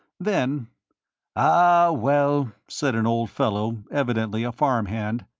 then ah, well, said an old fellow, evidently a farm-hand,